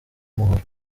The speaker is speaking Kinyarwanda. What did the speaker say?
umuhoro